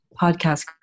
podcast